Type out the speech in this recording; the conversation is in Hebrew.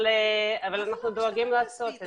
אבל אנחנו דואגים לעשות את זה.